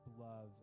love